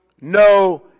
no